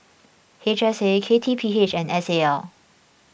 H S A K T P H and S A L